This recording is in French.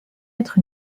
être